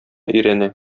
өйрәнә